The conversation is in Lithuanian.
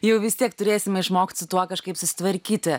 jau vis tiek turėsime išmokt su tuo kažkaip susitvarkyti